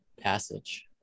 passage